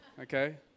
Okay